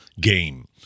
game